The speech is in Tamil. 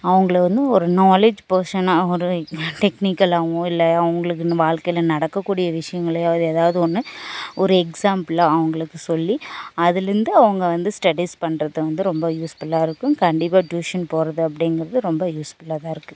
அவங்கள வந்து ஒரு நாலேஜ் பர்ஸனா ஒரு டெக்னிக்கலாகவோ இல்லை அவர்களுக்கு இன்னும் வாழ்க்கையில நடக்கக்கூடிய விஷயங்களையோ இது ஏதாவது ஒன்று ஒரு எக்ஸாம்பிளா அவர்களுக்கு சொல்லி அதிலேருந்து அவங்க வந்து ஸ்டடீஸ் பண்ணுறது வந்து ரொம்ப யூஸ்புல்லாக இருக்கும் கண்டிப்பாக டியூஷன் போவது அப்படிங்கிறது ரொம்ப யூஸ்புல்லாக தான் இருக்குது